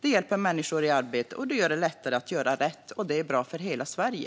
Det hjälper människor i arbete och gör det lättare att göra rätt. Det är bra för hela Sverige.